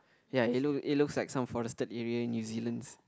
ya it look it looks like some forested area in New Zealand's